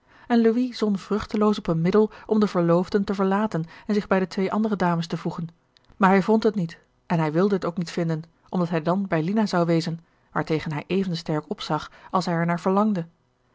en louis zon vruchteloos op een middel om de verloofden te verlaten en zich bij de twee andere dames te voegen maar hij vond het niet en hij wilde het ook niet vinden omdat hij dan bij lina zou wezen waartegen hij even sterk opzag als hij er naar verlangde